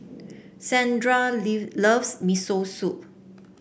Shandra loves Miso Soup